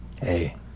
Hey